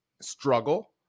struggle